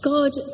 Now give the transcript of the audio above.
God